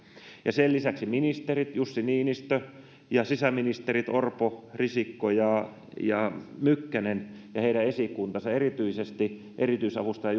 ja sen lisäksi ministerit jussi niinistö ja sisäministerit orpo risikko ja ja mykkänen ja heidän esikuntansa erityisesti erityisavustaja